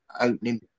opening